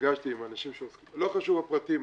לא חשוב הפרטים.